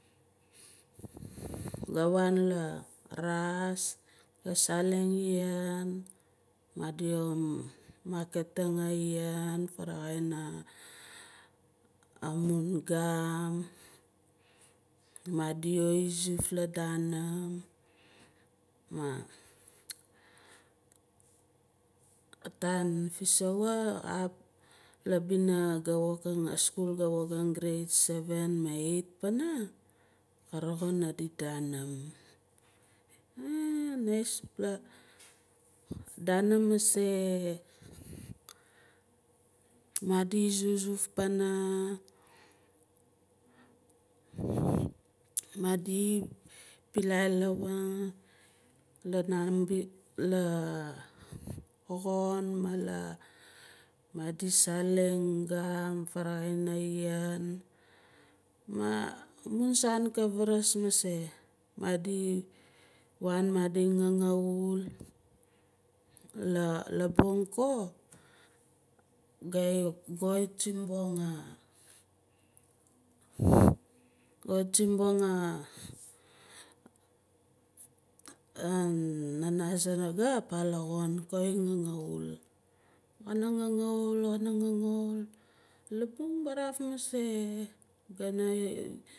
Ga waan lavas ga saleng iaan madi markating a iaan faraxai amun gum madi we izuf landanaam ma ataan fissoa labina a skul ga wokang grade seven ma eight pana ka roxin adi danaam eh naispla danaam mase madi zuzuf pana madi pilai wana la xon ma la madi saleng gum varaxa aiaan ma amun saan ka varass mase madi waan madi ngangaul la labung ko gait simbong ah nana saraga pah la xon kai ngangaul kana ngangaul gnangaul labung baraaf mase gana